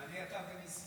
אני, אתה וניסים.